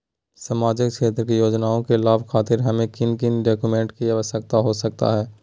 सामाजिक क्षेत्र की योजनाओं के लाभ खातिर हमें किन किन डॉक्यूमेंट की आवश्यकता हो सकता है?